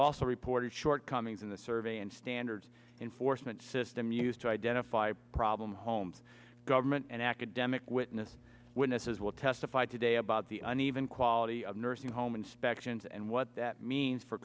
also reported shortcomings in the survey and standards enforcement system used to identify problem homes government and academic witness witnesses will testify today about the uneven quality of nursing home inspections and what that means for